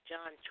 John